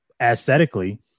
aesthetically